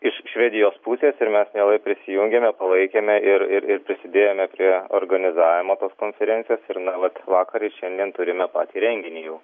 iš švedijos pusės ir mes mielai prisijungėme palaikėme ir ir prisidėjome prie organizavimo tos konferencijas ir na vat vakar ir šiandien turime patį renginįjau